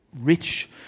rich